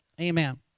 Amen